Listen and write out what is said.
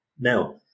Now